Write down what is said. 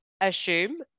assume